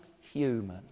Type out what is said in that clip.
human